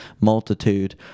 multitude